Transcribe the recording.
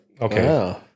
okay